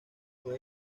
fue